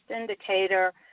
indicator